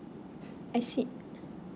I see